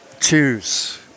choose